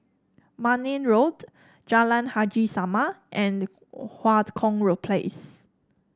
Marne Road Jalan Haji Salam and the Kong Road Place